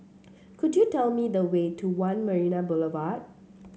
could you tell me the way to One Marina Boulevard